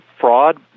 fraud